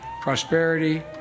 prosperity